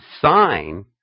sign